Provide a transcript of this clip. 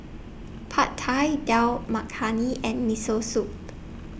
Pad Thai Dal Makhani and Miso Soup